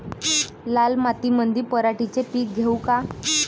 लाल मातीमंदी पराटीचे पीक घेऊ का?